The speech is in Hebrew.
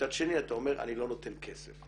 ומצד שני אתה אומר, אני לא נותן כסף.